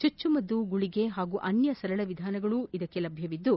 ಚುಚ್ಚುಮದ್ದು ಗುಳಗೆ ಹಾಗೂ ಅನ್ನ ಸರಳ ವಿಧಾನಗಳೂ ಇದಕ್ಕೆ ಲಭ್ಯವಿದ್ದು